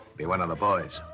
be one of the boys.